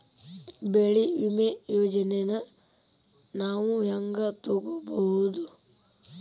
ಬೆಳಿ ವಿಮೆ ಯೋಜನೆನ ನಾವ್ ಹೆಂಗ್ ತೊಗೊಬೋದ್?